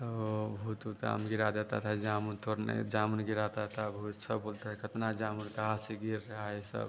तो भूत ऊत आम गिरा देते थे जामुन तोड़ने जामुन गिराते थे भूत सब बोलते इतना जामुन कहाँ से गिर रहे हैं सब